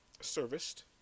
serviced